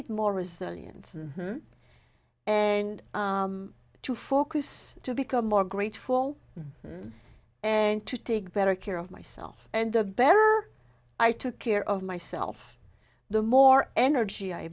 it more resilient and to focus to become more grateful and to take better care of myself and the better i took care of myself the more energy i